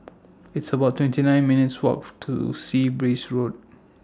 It's about twenty nine minutes' Walk to Sea Breeze Road